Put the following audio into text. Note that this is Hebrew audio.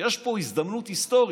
יש פה הזדמנות היסטורית.